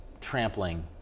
trampling